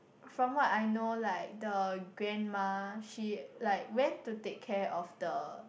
from what I know like the grandma she like went to take care of the